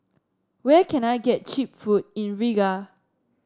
where can I get cheap food in Riga